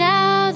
Now